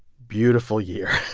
beautiful year.